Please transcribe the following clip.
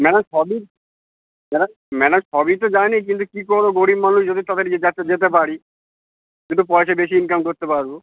madam সবই madam madam সবই তো জানি কিন্তু কী করবো গরিব মানুষ যদি যাতে যেতে পারি এটু পয়সা বেশি ইনকাম করতে পারবো